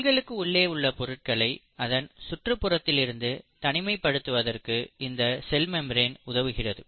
செல்களுக்கு உள்ளே உள்ள பொருட்களை அதன் சுற்றுப் புறத்தில் இருந்து தனிமைப் படுத்துவதற்கு இந்த செல் மெம்பிரன் உதவுகிறது